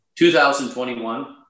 2021